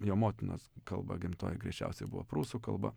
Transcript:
jo motinos kalba gimtoji greičiausiai buvo prūsų kalba